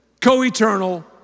co-eternal